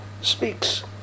speaks